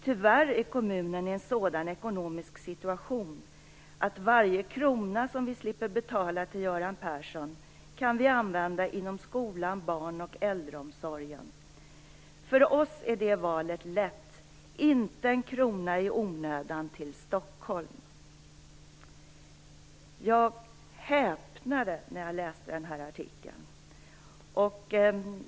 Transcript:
Tyvärr är kommunen i en sådan ekonomiska situation att varje krona som vi slipper betala till Göran Persson kan vi använda inom skolan, barn och äldreomsorgen. För oss är det valet lätt: inte en krona i onödan till Stockholm. Jag häpnade när jag läste den här artikeln.